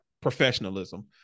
professionalism